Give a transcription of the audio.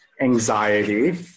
anxiety